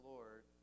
Lord